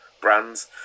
brands